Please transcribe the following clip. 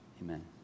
amen